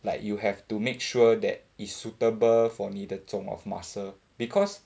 like you have to make sure that is suitable for 妳的种 of muscle because